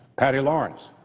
patty lawrence,